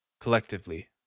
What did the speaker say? Collectively